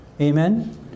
Amen